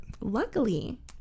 luckily